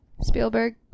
Spielberg